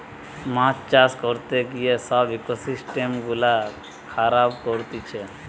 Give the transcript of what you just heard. মাছ চাষ করতে গিয়ে সব ইকোসিস্টেম গুলা খারাব করতিছে